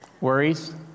Worries